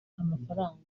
amafaranga